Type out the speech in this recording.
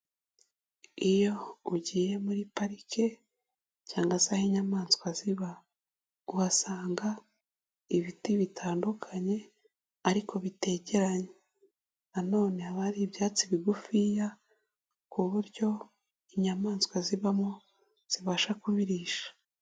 Iyo ugiye muri parike cyangwa se aho inyamaswa ziba uhasanga ibiti bitandukanye ariko bitegeranye, nanone haba hari ibyatsi bigufiya ku buryo inyamaswa zibamo zibasha kubirisha.